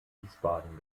wiesbaden